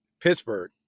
Pittsburgh